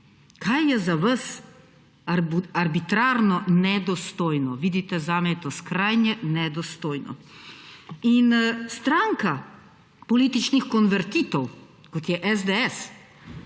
Kaj je za vas arbitrarno nedostojno? Vidite, zame je to skrajno nedostojno. In stranka političnih konvertitov, kot je SDS